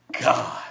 God